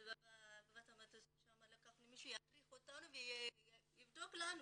ובגבעת המטוס, לקחנו מי שידריך אותנו ויבדוק לנו.